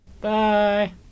bye